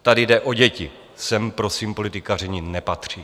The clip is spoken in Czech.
Tady jde o děti, sem prosím politikaření nepatří.